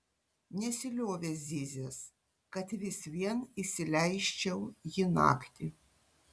nesiliovė zyzęs kad vis vien įsileisčiau jį naktį